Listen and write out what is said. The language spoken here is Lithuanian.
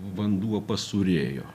vanduo pasūrėjo